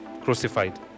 crucified